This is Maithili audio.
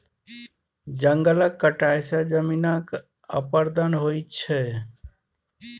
जंगलक कटाई सँ जमीनक अपरदन होइ छै